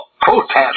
protest